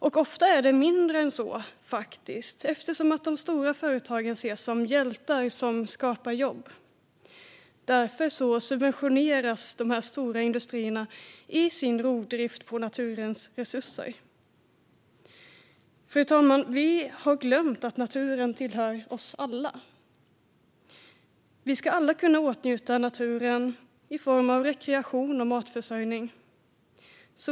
Ofta är det faktiskt mindre än så, eftersom stora företag ses som hjältar som skapar jobb. Därför subventioneras de stora industrierna i sin rovdrift på naturens resurser. Fru talman! Vi har glömt att naturen tillhör oss alla. Vi ska alla kunna åtnjuta naturen för rekreation och matförsörjning.